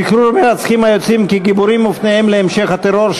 שחרור מרצחים היוצאים כגיבורים ופניהם להמשך הטרור,